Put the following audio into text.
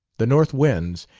the north winds,